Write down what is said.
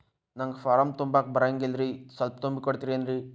ನಂಗ ಫಾರಂ ತುಂಬಾಕ ಬರಂಗಿಲ್ರಿ ಸ್ವಲ್ಪ ತುಂಬಿ ಕೊಡ್ತಿರೇನ್ರಿ?